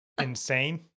insane